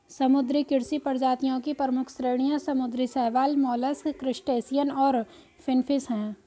समुद्री कृषि प्रजातियों की प्रमुख श्रेणियां समुद्री शैवाल, मोलस्क, क्रस्टेशियंस और फिनफिश हैं